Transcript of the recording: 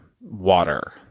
water